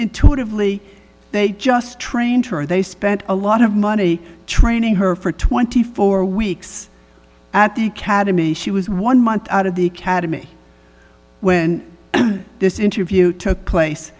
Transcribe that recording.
intuitively they just trained her they spent a lot of money training her for twenty four weeks at the academy she was one month out of the academy when this